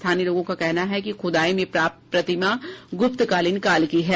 स्थानीय लोगों का कहना है कि खुदाई में प्राप्त प्रतिमा गुप्तकालीन काल की है